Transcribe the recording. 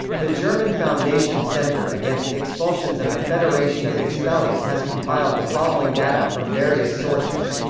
the german foundation centre against expulsions of the federation of expellees has compiled the following data from various sources.